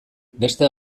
beste